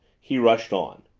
he rushed on,